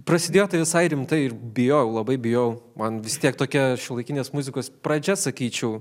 prasidėjo tai visai rimtai ir bijojau labai bijojau man vis tiek tokia šiuolaikinės muzikos pradžia sakyčiau